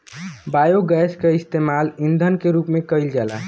biogas के इस्तेमाल ईधन के रूप में कईल जाला